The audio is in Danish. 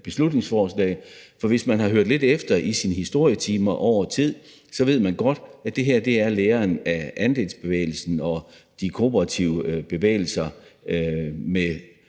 beslutningsforslag, for hvis man har hørt lidt efter i sine historietimer over tid, ved man godt, at det her er læren af andelsbevægelsen og de kooperative bevægelser